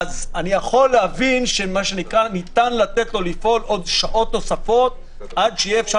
אני יכול להבין אם ניתן לו לפעול עוד כמה שעות נוספות עד שיהיה אפשר